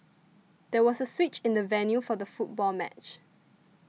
there was a switch in the venue for the football match